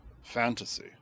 fantasy